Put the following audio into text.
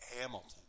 Hamilton